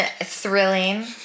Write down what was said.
thrilling